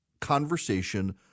conversation